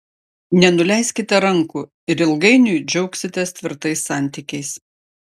nenuleiskite rankų ir ilgainiui džiaugsitės tvirtais santykiais